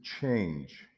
change